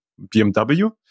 BMW